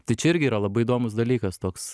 tai čia irgi yra labai įdomus dalykas toks